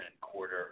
quarter